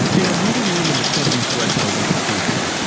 in a meeting room in the clinton correctional institution,